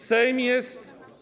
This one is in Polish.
Sejm jest.